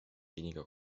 weniger